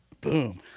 boom